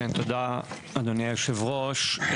כן, תודה אדוני יושב הראש.